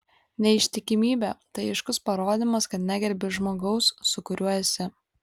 neištikimybė tai aiškus parodymas kad negerbi žmogaus su kuriuo esi